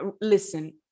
listen